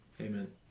Amen